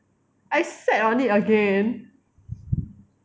I sat on it again